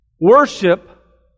Worship